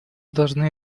должны